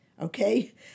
Okay